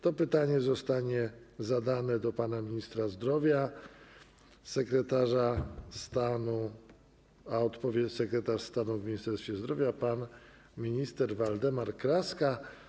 To pytanie zostanie skierowane do pana ministra zdrowia, sekretarza stanu, a odpowie sekretarz stanu w Ministerstwie Zdrowia pan minister Waldemar Kraska.